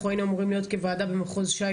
היינו אמורים כוועדה להיות במחוז ש"י